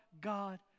God